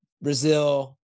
Brazil